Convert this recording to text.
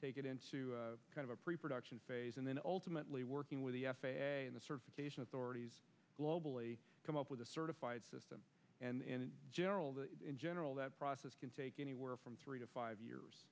take it into kind of a pre production phase and then ultimately working with the f a a and the certification authorities globally come up with a certified system and in general that in general that process can take anywhere from three to five years